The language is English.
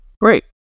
Great